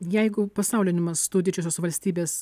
jeigu pasauliniu mastu didžiosios valstybės